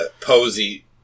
Posey